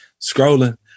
scrolling